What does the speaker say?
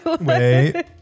Wait